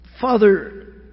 Father